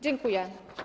Dziękuję.